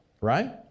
right